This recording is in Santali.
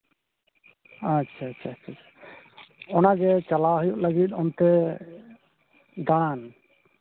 ᱟᱪᱪᱷᱟ ᱟᱪᱪᱷᱟ ᱚᱱᱟᱜᱮ ᱪᱟᱞᱟᱣ ᱦᱩᱭᱩᱜ ᱞᱟᱹᱜᱤᱫ ᱚᱱᱛᱮ ᱫᱟᱬᱟᱱ